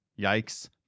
Yikes